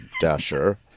dasher